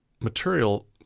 material